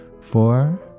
Four